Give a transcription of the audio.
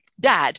dad